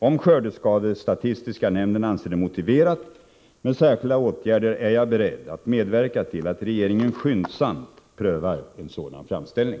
Om skördestatistiska nämnden anser det motiverat med särskilda åtgärder är jag beredd att medverka till att regeringen skyndsamt prövar en sådan framställning.